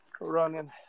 Running